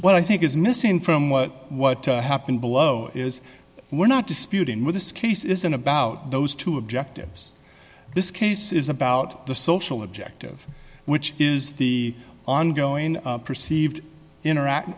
what i think is missing from what what happened below is we're not disputing with this case isn't about those two objectives this case is about the social objective which is the ongoing perceived interact